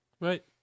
right